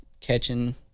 catching